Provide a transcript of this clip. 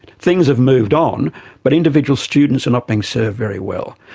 things have moved on but individual students are not being served very well.